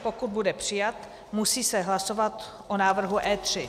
Pokud bude přijat, musí se hlasovat o návrhu E3.